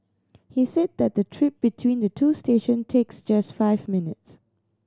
he said that the trip between the two station takes just five minutes